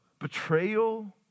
betrayal